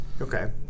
Okay